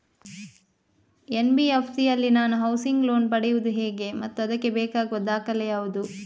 NBFC ಯಲ್ಲಿ ನಾನು housing loan ಪಡೆಯುದು ಹೇಗೆ ಮತ್ತು ಅದಕ್ಕೆ ಬೇಕಾಗುವ ದಾಖಲೆ ಯಾವುದು?